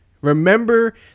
Remember